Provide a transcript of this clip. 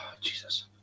Jesus